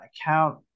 account